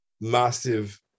massive